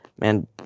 Man